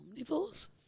Omnivores